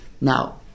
Now